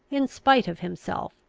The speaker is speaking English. in spite of himself,